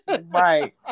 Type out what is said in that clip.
Right